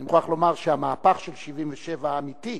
אני מוכרח לומר שהמהפך של 77', האמיתי,